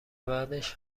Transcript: بعدش